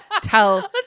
tell